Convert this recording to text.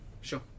Sure